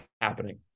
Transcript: happening